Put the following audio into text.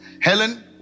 Helen